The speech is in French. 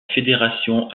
fédération